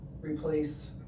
replace